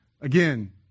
again